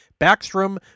Backstrom